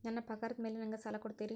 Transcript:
ನನ್ನ ಪಗಾರದ್ ಮೇಲೆ ನಂಗ ಸಾಲ ಕೊಡ್ತೇರಿ?